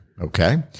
Okay